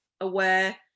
aware